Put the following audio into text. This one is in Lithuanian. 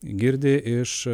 girdi iš